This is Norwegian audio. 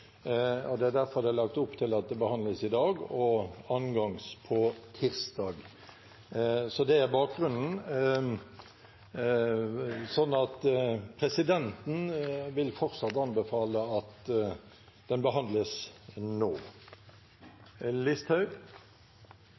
Det er derfor det er lagt opp til at det behandles i dag, og annen gang på tirsdag. Det er bakgrunnen. Så presidenten vil fortsatt anbefale at saken behandles nå. Representanten Sylvi Listhaug